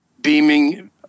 beaming